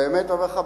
באמת אני אומר לך,